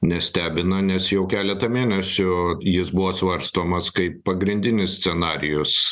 nestebina nes jau keletą mėnesių jis buvo svarstomas kaip pagrindinis scenarijus